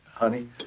Honey